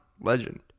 Legend